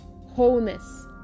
wholeness